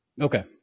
Okay